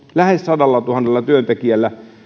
lähes sadallatuhannella työntekijällä